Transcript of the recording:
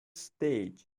stage